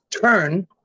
turn